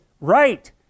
Right